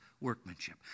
workmanship